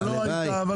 לא היית בהתחלה,